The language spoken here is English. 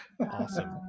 Awesome